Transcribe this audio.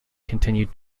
continued